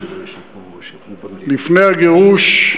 לפני הגירוש,